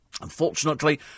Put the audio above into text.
Unfortunately